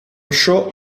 show